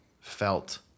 felt